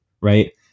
right